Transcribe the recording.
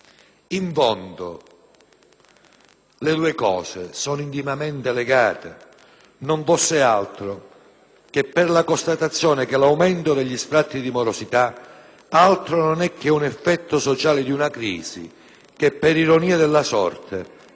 le due cose sono intimamente legate, non fosse altro che per la constatazione che l'aumento degli sfratti per morosità altro non è che un effetto sociale di una crisi che, per ironia della sorte, ha individuato i primi